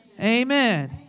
Amen